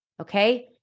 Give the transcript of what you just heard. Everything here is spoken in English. okay